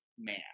man